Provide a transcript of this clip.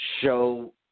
show